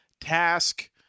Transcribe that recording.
task